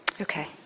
Okay